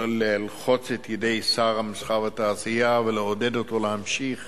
ללחוץ את ידי שר המסחר והתעשייה ולעודד אותו להמשיך